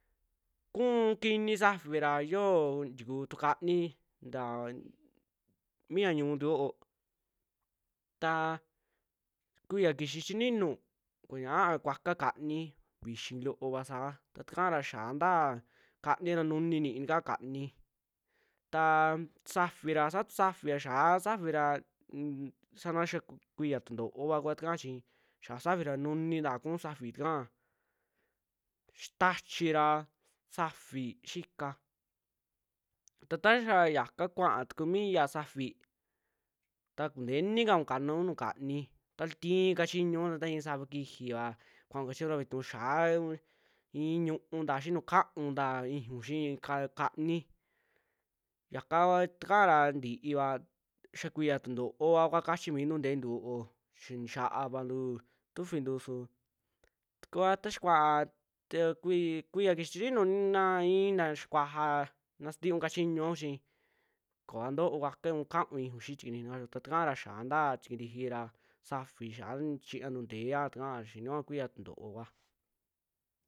Kuu kini safira xioo ntikuu tu kani ntaa, mia ñu'untu yoo taa kuiya kixi chininu koñaa kuakua kaani, vixii loova saa ta ta'ara yaa ntaa kanii ra nuni ni'i takaa kani, taa safi ra satu safi xiaa safi ra unm sana xaa kuiya tunto'ova kua takaa chi, xia safi ra nuninta ku'u safi takaa, sitachi ra safi xika ta taxa yaka kuaa tuku mi ya safi, ta kuntenikau kanuu nuju kaani ta loo ti'i kachiñuun ta i'i sava kijiva kuaun kachiñu ra vituu kiaun i'i yiu'u xinu, kaaun ntaa ijiun xii ka- kani, yaka kua takaara ntiiva xaa kuiya tuntoova kua kachi miintu nteentu yoo, chi ntixiavantu tufintu su tukua ta xa kua'a ta kua ta kui kuiya kixii chininu ina, ina xikuja na sintiun kachiñuau chi koa ntoo kuakuaiun kaun ijiun xii tikantiji na kachio ta takaara xia ntaa tikantiji ra, safi xian chiña tunteea takaa xinio a kuyia tuntoo kua.